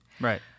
right